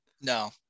No